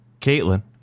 Caitlin